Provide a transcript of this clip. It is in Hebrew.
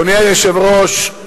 אדוני היושב-ראש,